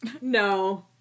No